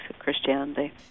Christianity